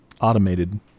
automated